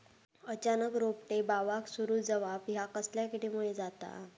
अचानक रोपटे बावाक सुरू जवाप हया कसल्या किडीमुळे जाता?